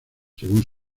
según